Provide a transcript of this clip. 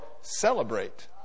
celebrate